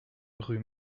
rue